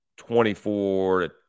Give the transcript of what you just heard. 24